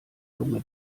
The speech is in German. lunge